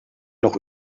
noch